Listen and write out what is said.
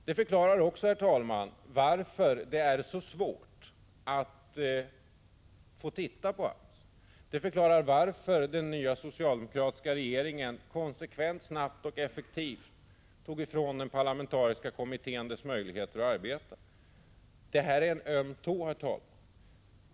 Det förklarar även varför det är så svårt att få se på AMS och varför den nya socialdemokratiska regeringen konsekvent, snabbt och effektivt tog ifrån den parlamentariska kommittén dess möjligheter att arbeta. Detta är en öm tå.